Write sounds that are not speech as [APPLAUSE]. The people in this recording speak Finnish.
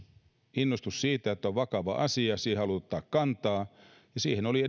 innostus siitä että on vakava asia ja siihen haluaa ottaa kantaa ja edustajilla oli [UNINTELLIGIBLE]